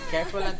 Careful